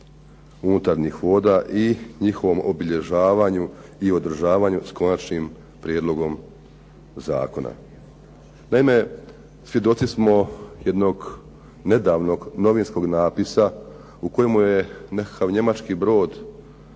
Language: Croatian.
unutarnjih voda i njihovom obilježavanju i održavanju s Konačnim prijedlogom zakona. Naime, svjedoci smo jednog nedavnog novinskog napisa u kojemu je nekakav njemački brod